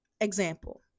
example